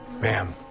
Ma'am